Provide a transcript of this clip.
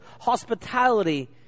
hospitality